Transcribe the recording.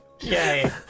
Yay